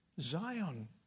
Zion